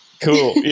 cool